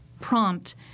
prompt